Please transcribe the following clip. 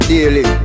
Daily